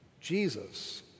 Jesus